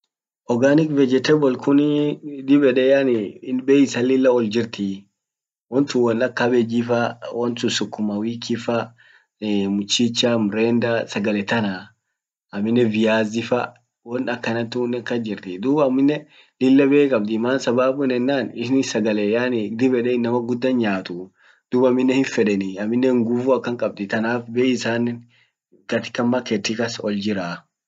Organic vegetable kunii diib yede yani in bei isan lilla ol jirtii. wontun won ak cabbage fa wontun sukuma wiki faa mchicha mrenda sagale tanaa. aminen viazifa won akanan tunnen kas jirtii. duub aminen lilla bei qabdi man sababun yenan innin sagale yani dib yede inamman guddan nyaatu duub aminen hinfedanii aminen nguvu akan qabdii tanaf bei isanen katika market kas ol jiraa.